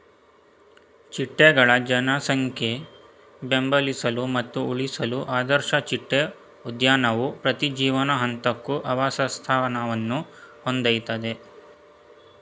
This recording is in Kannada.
ಚಿಟ್ಟೆಗಳ ಜನಸಂಖ್ಯೆ ಬೆಂಬಲಿಸಲು ಮತ್ತು ಉಳಿಸಲು ಆದರ್ಶ ಚಿಟ್ಟೆ ಉದ್ಯಾನವು ಪ್ರತಿ ಜೀವನ ಹಂತಕ್ಕೂ ಆವಾಸಸ್ಥಾನವನ್ನು ಹೊಂದಿರ್ತದೆ